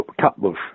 Cutbush